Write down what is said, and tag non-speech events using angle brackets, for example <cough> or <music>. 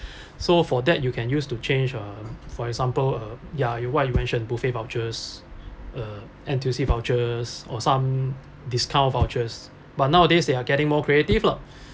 so for that you can use to change a for example uh ya you what you mentioned buffet vouchers uh N_T_U_C vouchers or some discount vouchers but nowadays they are getting more creative lah <breath>